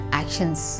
actions